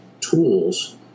tools